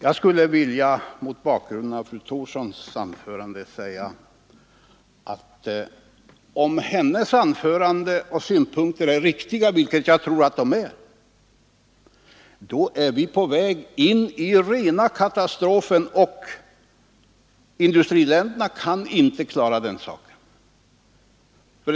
Jag skulle vilja mot bakgrund av fru Thorssons anförande säga att om hennes synpunkter är riktiga, vilket jag tror att de är, då är vi på väg in i rena katastrofen, och industriländerna kan inte förhindra det.